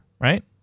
right